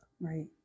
Right